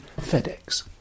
FedEx